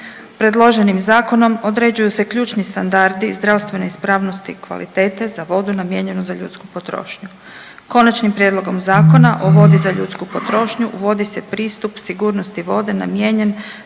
Predloženim zakonom određuju se ključni standardi zdravstvene ispravnosti i kvalitete za vodu namijenjenu za ljudsku potrošnju. Konačnim prijedlogom Zakona o vodi za ljudsku potrošnju uvodi se pristup sigurnosti vode namijenjen